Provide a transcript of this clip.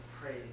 praise